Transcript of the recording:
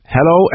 Hello